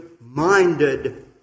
minded